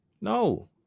No